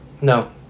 No